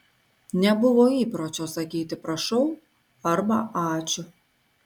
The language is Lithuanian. nebuvo įpročio sakyti prašau arba ačiū